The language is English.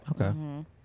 Okay